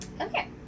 Okay